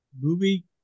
movie